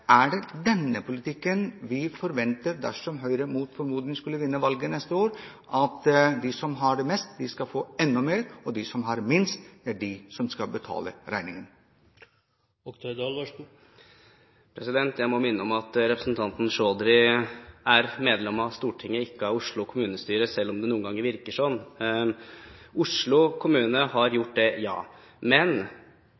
Er det denne politikken vi kan forvente dersom Høyre mot formodning skulle vinne valget neste år, nemlig at de som har mest, skal få enda mer, og de som har minst, skal betale regningen? Jeg må minne om at representanten Chaudhry er medlem av Stortinget, ikke av Oslo kommunestyre, selv om det noen ganger virker sånn. Oslo kommune har